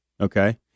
Okay